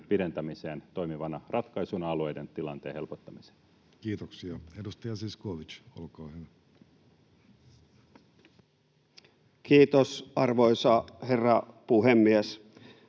pidentämiseen toimivana ratkaisuna alueiden tilanteen helpottamiseen? Kiitoksia. — Edustaja Zyskowicz, olkaa hyvä. Kiitos, arvoisa herra puhemies!